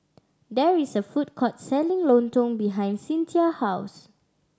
there is a food court selling lontong behind Cyntha house